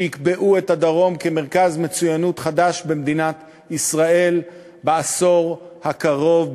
שיקבעו את הדרום כמרכז מצוינות חדש במדינת ישראל בעשור הקרוב,